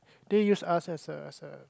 they use us as a as a